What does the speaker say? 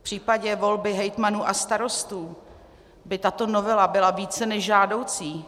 V případě volby hejtmanů a starostů by tato novela byla více než žádoucí.